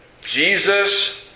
Jesus